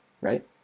right